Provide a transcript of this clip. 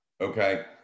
okay